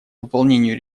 выполнению